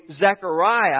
Zechariah